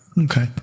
Okay